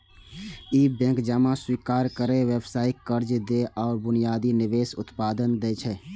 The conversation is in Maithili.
ई बैंक जमा स्वीकार करै, व्यावसायिक कर्ज दै आ बुनियादी निवेश उत्पाद दै छै